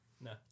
No